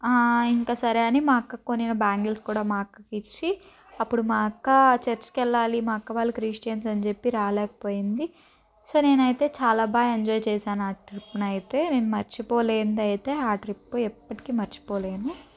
ఇంకా సరే అని మా అక్కకు కొనిన బ్యాంగిల్స్ కూడా మా అక్కకు ఇచ్చి అప్పుడు మా అక్క చర్చికి వెళ్ళాలి మా అక్క వాళ్ళు క్రిస్టియన్స్ అని చెప్పి రాలేకపోయింది సో నేనైతే చాలా బాగా ఎంజాయ్ చేశాను ఆ ట్రిప్ని అయితే నేను మర్చిపోలేనిది అయితే ఆ ట్రిప్పు ఎప్పటికీ మర్చిపోలేను